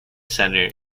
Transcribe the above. center